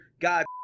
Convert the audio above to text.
God